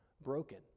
broken